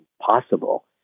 possible